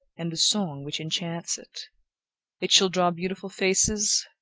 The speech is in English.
and the song which enchants it it shall draw beautiful faces,